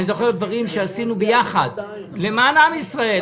אני זוכר דברים שעשינו ביחד למען עם ישראל.